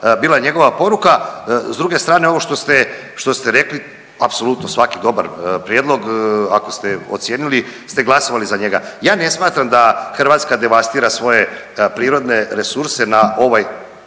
bila njegova poruka. S druge strane, ovo što ste, što ste rekli, apsolutno, svaki dobar prijedlog, ako ste ocijenili ste glasovali za njega. Ja ne smatram da Hrvatska devastira svoje prirodne resurse na ovaj